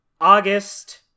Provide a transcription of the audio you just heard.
August